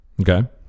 okay